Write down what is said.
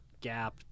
gap